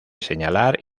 señalar